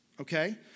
okay